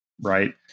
Right